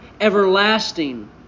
everlasting